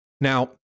Now